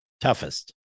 toughest